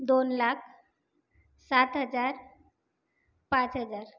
दोन लाख सात हजार पाच हजार